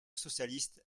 socialiste